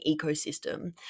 ecosystem